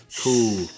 cool